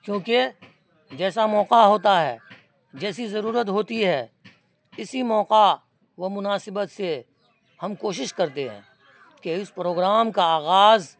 کیونکہ جیسا موقع ہوتا ہے جیسی ضرورت ہوتی ہے اسی موقع وہ مناسبت سے ہم کوشش کرتے ہیں کہ اس پروگرام کا آغاز